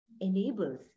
enables